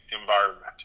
environment